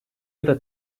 other